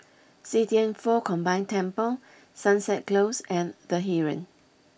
See Thian Foh Combined Temple Sunset Close and the Heeren